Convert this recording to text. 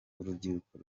urubyiruko